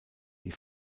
die